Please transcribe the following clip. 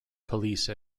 police